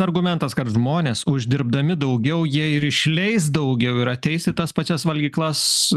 argumentas kad žmonės uždirbdami daugiau jie ir išleis daugiau ir ateis į tas pačias valgyklas